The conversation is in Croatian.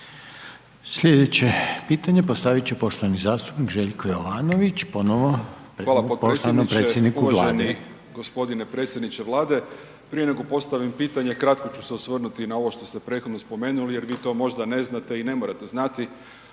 Slijedeće pitanje postavit će poštovani zastupnik Željko Jovanović, ponovo poštovanom predsjedniku Vlade. **Jovanović, Željko (SDP)** Hvala potpredsjedniče, uvaženi g. predsjedniče Vlade, prije nego postavim pitanje kratko ću se osvrnuti na ovo što ste prethodno spomenuli jer vi to možda ne znate i ne morate znati,